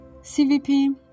CVP